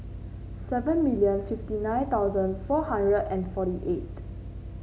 seven million fifty nine thousand four hundred and forty eight